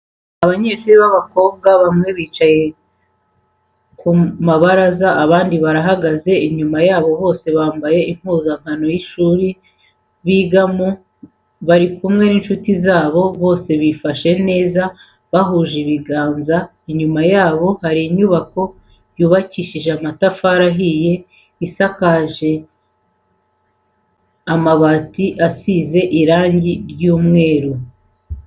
Abanyeshuri b'abakobwa bamwe bicaye ku mabaraza abandi bahagaze inyuma yabo bose bambaye impuzankano z'ishuri bigamo bari kumwe n'inshuti zabo bose bifashe neza bahuje ibiganza ,inyuma yabo hari inyubako yubakishije amatafari ahiye isakaje amabati izize irangi ry'umweru.